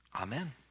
amen